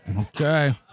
Okay